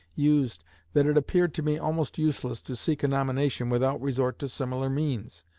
used that it appeared to me almost useless to seek a nomination without resort to similar means.